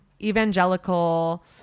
evangelical